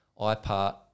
IPART